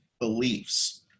beliefs